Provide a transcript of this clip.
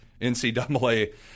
NCAA